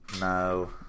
No